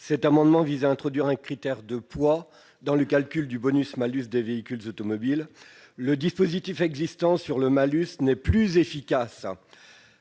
Cet amendement vise à introduire un critère de poids dans le calcul du bonus-malus des véhicules automobiles. Le dispositif de malus existant n'est plus efficace,